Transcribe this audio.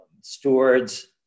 stewards